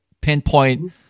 pinpoint